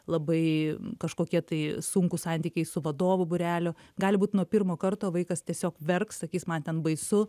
labai kažkokie tai sunkūs santykiai su vadovu būrelio gali būt nuo pirmo karto vaikas tiesiog verks sakys man ten baisu